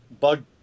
bug